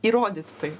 įrodyt tai